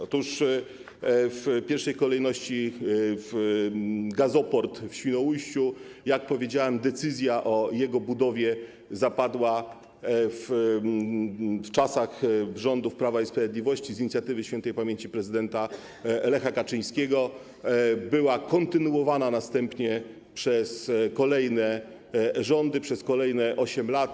Otóż w pierwszej kolejności gazoport w Świnoujściu - jak powiedziałem, decyzja o jego budowie zapadła w czasach rządów Prawa i Sprawiedliwości z inicjatywy śp. prezydenta Lecha Kaczyńskiego, budowa była kontynuowana następnie przez kolejne rządy przez kolejne 8 lat.